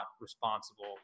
responsible